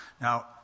Now